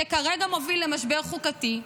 שכרגע מוביל למשבר חוקתי,